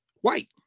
white